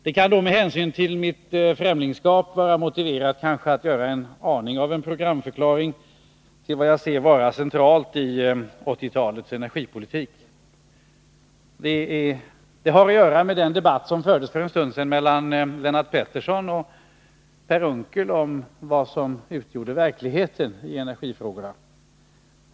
Det kan, med hänsyn till mitt främlingskap, kanske vara motiverat att göra aningen av en programförklaring till vad jag anser vara centralt i 1980-talets energipolitik. Det har att göra med den debatt som fördes för en stund sedan mellan Lennart Pettersson och Per Unckel om vad som utgör verkligheten i energifrågorna.